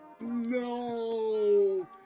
No